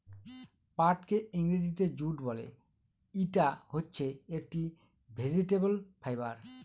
পাটকে ইংরেজিতে জুট বলে, ইটা হচ্ছে একটি ভেজিটেবল ফাইবার